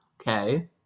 Okay